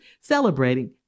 celebrating